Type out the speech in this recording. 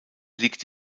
liegt